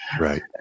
Right